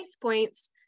points